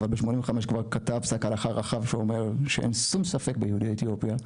אבל בשנת 1985 כתב פסק הלכה רחב שאומר שאין שום ספק ביהודי אתיופיה,